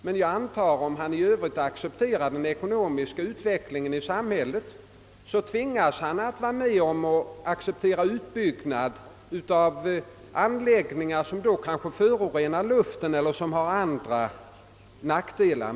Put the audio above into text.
Men jag antar att han — om han i övrigt accepterar den ekonomiska utvecklingen i samhället — tvingas acceptera utbyggnad av anläggningar som kanske förorenar luften eller medför andra nackdelar.